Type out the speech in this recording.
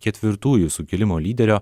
ketvirtųjų sukilimo lyderio